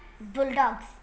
Bulldogs